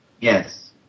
Yes